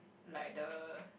like the